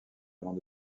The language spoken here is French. avant